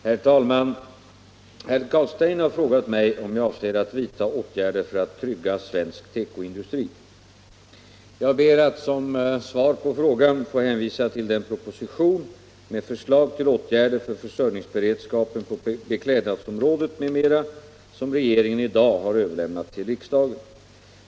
Herr talman! Herr Carlstein har frågat mig om jag avser att vidta åtgärder för att trygga svensk tekoindustri. Jag ber att som svar på frågan få hänvisa till den proposition med förslag till åtgärder för försörjningsberedskapen på beklädnadsområdet m.m. som regeringen i dag har överlämnat till riksdagen.